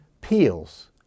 peels